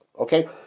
Okay